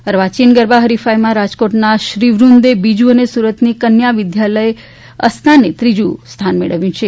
અર્વાયીન ગરબા હરિફાઈમાં રા કોટના શ્રી વૃંદે બીજું અને સુરતની કન્યા વિદ્યાલય અસ્તાને ત્રીજુ સ્થાન મેળવ્યું છે